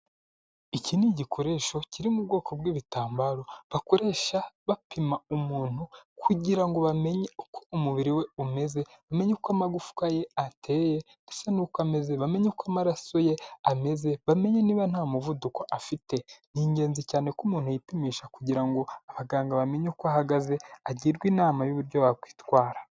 Iki ni igikoresho kiri mu bwoko bwi'ibitambaro bakoresha bapima umuntu kugirango bamenye uko umubiri we umeze umenye uko amagufwa ye ateye nuko ameze bamenye ko amaraso ye ameze bamenye niba nta muvuduko afite ni ingenzi cyane ko umuntu yipimisha kugira ngo abaganga bamenye uko ahagaze agirwarwe inama y'uburyo bakwitwara.